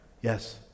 Yes